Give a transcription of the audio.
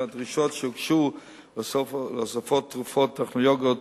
הדרישות שהוגשו להוספת תרופות וטכנולוגיות